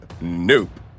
Nope